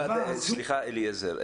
סליחה, אליעזר.